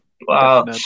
wow